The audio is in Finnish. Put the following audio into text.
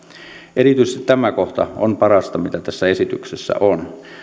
erityisesti tämä kohta on parasta mitä tässä esityksessä on